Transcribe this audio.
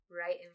right